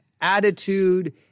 attitude